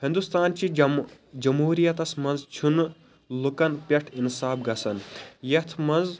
ہنٛدوستانچہِ جُمہوٗرِیتس منٛز چھُنہٕ لوٗکن پٮ۪ٹھ انصاف گَژھان یَتھ منٛز